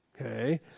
okay